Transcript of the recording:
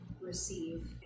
receive